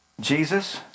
Jesus